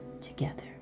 together